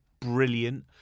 brilliant